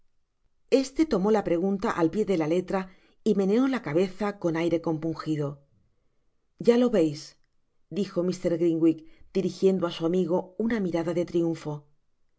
este tomó la pregunta al pié de la letra y meneó la cabeza con aire compungido ya lo yeis dijo mr grimwig dirijieudo á su amigo una mirada de triunfo